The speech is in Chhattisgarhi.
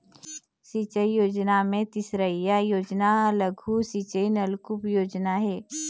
सिंचई योजना म तीसरइया योजना लघु सिंचई नलकुप योजना हे